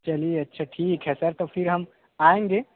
चलिए अच्छा ठीक है सर तब फिर हम आएँगे